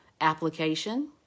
application